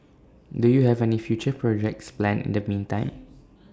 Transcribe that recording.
do you have any future projects planned in the meantime